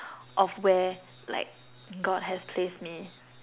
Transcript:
of where like God has placed me